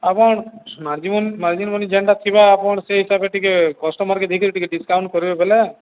ଆପଣ ମାଜୀ ମ ମାଜୀ ମନି ଯେନ୍ଟା ଥିବା ଆପଣ ସେଇ ହିସାବରେ ଟିକେ କଷ୍ଟମରକେ ଯେଇକି ଟିକେ ଡିସକାଉଣ୍ଟ କରିବେ ବଲେ